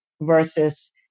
versus